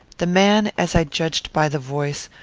the man, as i judged by the voice,